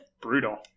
brutal